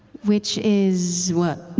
which is what?